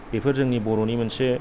बेफोर जोंनि बर'नि मोनसे